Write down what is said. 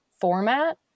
format